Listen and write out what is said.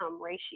ratio